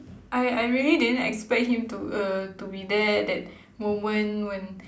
I I really didn't expect him to uh to be there at that moment when